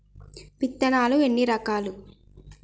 విత్తనాలు ఎన్ని రకాలు?